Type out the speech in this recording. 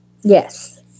yes